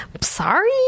sorry